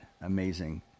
amazing